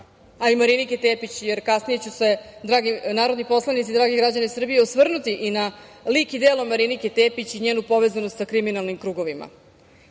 a i Marinike Tepić, jer kasnije ću se dragi narodni poslanici, dragi građani Srbije osvrnuti i na lik i delo Marinike Tepić i njenu povezanost sa kriminalnim krugovima. Jel